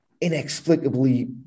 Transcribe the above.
inexplicably